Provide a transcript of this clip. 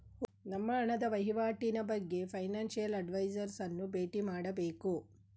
ನಮ್ಮ ಹಣದ ವಹಿವಾಟಿನ ಬಗ್ಗೆ ಫೈನಾನ್ಸಿಯಲ್ ಅಡ್ವೈಸರ್ಸ್ ಅನ್ನು ಬೇಟಿ ಮಾಡಬೇಕು